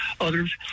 others